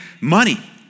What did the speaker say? money